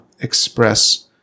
express